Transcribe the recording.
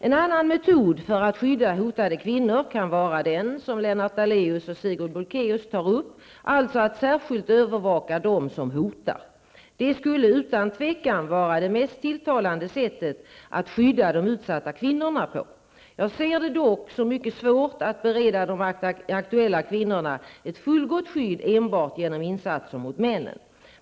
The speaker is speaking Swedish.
En annan metod för att skydda hotade kvinnor kan vara den som Lennart Daléus och Sigrid Bolkéus tar upp, alltså att särskilt övervaka dem som hotar. Det skulle utan tvivel vara det mest tilltalande sättet att skydda de utsatta kvinnorna på. Jag ser det dock som mycket svårt att bereda de aktuella kvinnorna ett fullgott skydd enbart genom insatser mot männen.